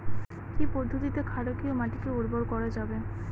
কি পদ্ধতিতে ক্ষারকীয় মাটিকে উর্বর করা যাবে?